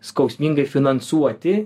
skausmingai finansuoti